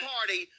Party